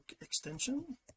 extension